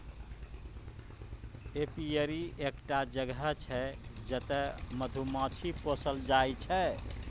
apiary एकटा जगह छै जतय मधुमाछी पोसल जाइ छै